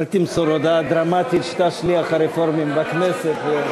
אל תמסור הודעה דרמטית שאתה שליח הרפורמים בכנסת.